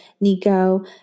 Nico